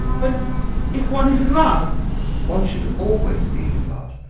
but if one is in love one should always be in love.